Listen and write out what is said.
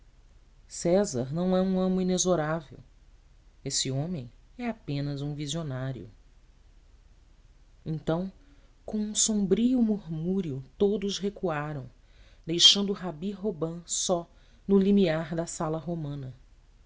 césar não é um amo inexorável esse homem é apenas um visionário então com um sombrio murmúrio todos recuaram deixando rabi robã só no limiar da sala romana